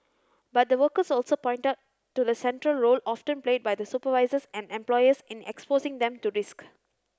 but the workers also pointed to the central role often played by supervisors and employers in exposing them to risks